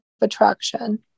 attraction